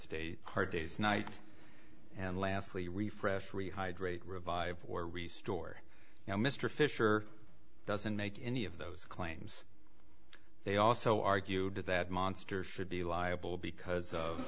stay hard day's night and lastly refreshed rehydrate revive or re store now mr fisher doesn't make any of those claims they also argued that monsters should be liable because of